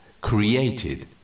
created